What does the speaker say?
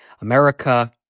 America